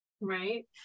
right